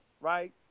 right